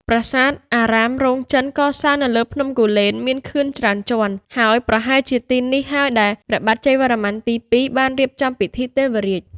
ប្រាសាទអារាមរោងចិន កសាងនៅលើភ្នំគូលែនមានខឿនច្រើនជាន់ ហើយប្រហែលជាទីនេះហើយដែលព្រះបាទជ័យវរ្ម័នទី២ បានរៀបចំពិធីទេវរាជ។